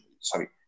sorry